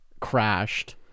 crashed